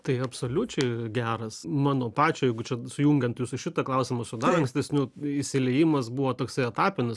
tai absoliučiai geras mano pačio jeigu čia sujungiant jūsų šitą klausimą su dar ankstesniu įsiliejimas buvo toksai etapinis